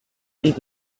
leave